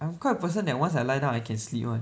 I'm quite a person that once I lie I can sleep [one]